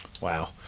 Wow